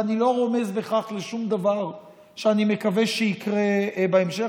ואני לא רומז בכך לשום דבר שאני מקווה שיקרה בהמשך,